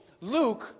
Luke